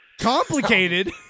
Complicated